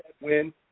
win